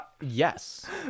yes